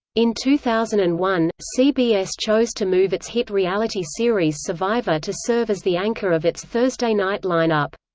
in two thousand and one, cbs chose to move its hit reality series survivor to serve as the anchor of its thursday night lineup.